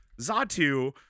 Zatu